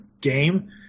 game